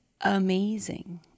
amazing